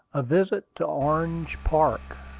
a visit to orange park.